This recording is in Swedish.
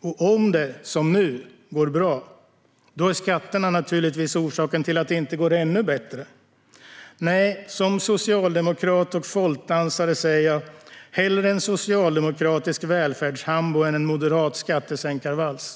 Och om det, som nu, går bra, då är skatterna naturligtvis orsaken till att det inte går ännu bättre. Nej, som socialdemokrat och folkdansare säger jag: Hellre en socialdemokratisk välfärdshambo än en moderat skattesänkarvals.